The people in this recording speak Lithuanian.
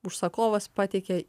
užsakovas pateikė